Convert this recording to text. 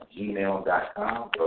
gmail.com